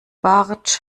bartsch